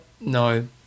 No